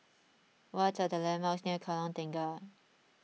what are the landmarks near Kallang Tengah